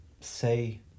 say